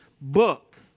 book